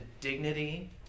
dignity